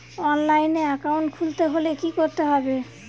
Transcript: অনলাইনে একাউন্ট খুলতে হলে কি করতে হবে?